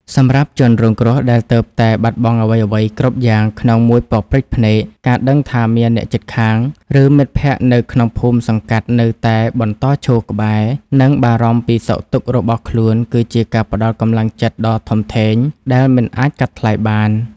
សម្រាប់ជនរងគ្រោះដែលទើបតែបាត់បង់អ្វីៗគ្រប់យ៉ាងក្នុងមួយប៉ព្រិចភ្នែក ការដឹងថាមានអ្នកជិតខាង ឬមិត្តភក្តិនៅក្នុងភូមិសង្កាត់នៅតែបន្តឈរក្បែរ និងបារម្ភពីសុខទុក្ខរបស់ខ្លួន គឺជាការផ្ដល់កម្លាំងចិត្តដ៏ធំធេងដែលមិនអាចកាត់ថ្លៃបាន។